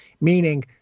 meaning